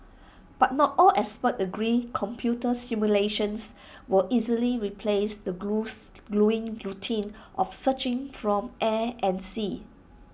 but not all experts agree computer simulations will easily replace the gruelling routine of searching from air and sea